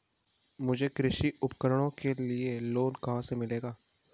मुझे कृषि उपकरणों के लिए लोन कहाँ से मिलेगा?